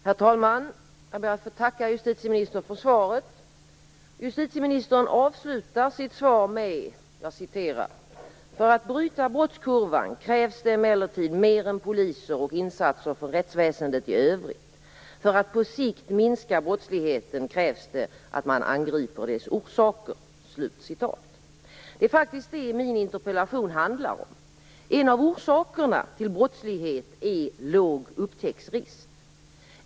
Herr talman! Jag ber att få tacka justitieministern för svaret. Justitieministern avslutar sitt svar med: "För att bryta brottskurvan krävs det emellertid mer än poliser och insatser från rättsväsendet i övrigt. För att på sikt kunna minska brottsligheten krävs det att man angriper dess orsaker." Det är faktiskt det min interpellation handlar om. En av orsakerna till brottslighet är låg upptäcktsrisk.